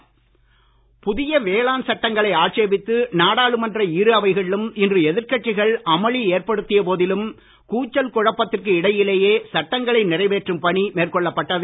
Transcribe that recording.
நாடாளுமன்றம் புதிய வேளாண் சட்டங்களை ஆட்சேபித்து நாடாளுமன்ற இரு அவைகளிலும் இன்று எதிர்கட்சிகள் அமளி ஏற்படுத்திய போதிலும் கூச்சல் குழப்பத்திற்கு இடையிலேயே சட்டங்களை நிறைவேற்றும் பணி மேற்கொள்ளப்பட்டது